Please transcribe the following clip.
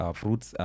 fruits